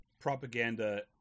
propaganda